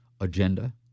agenda